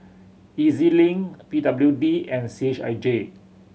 E Z Link P W D and C H I J